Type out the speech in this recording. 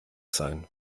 sein